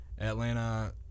atlanta